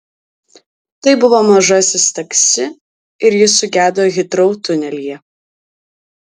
tai buvo mažasis taksi ir jis sugedo hitrou tunelyje